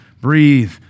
Breathe